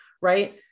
Right